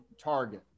target